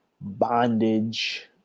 bondage